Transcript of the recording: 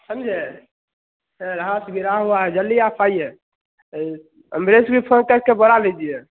समझे यहाँ लाश गिरा हुआ है जल्दी आप आइए ए एम्बुलेंस भी फ़ोन करके बोला लीजिए